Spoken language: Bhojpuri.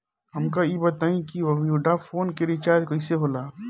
हमका ई बताई कि वोडाफोन के रिचार्ज कईसे होला?